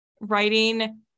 writing